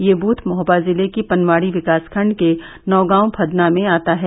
यह बूथ महोबा जिले के पनवाड़ी विकासखंड के नौगांव फदना में आता है